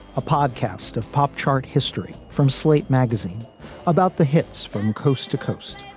a podcast of pop chart history from slate magazine about the hits from coast to coast.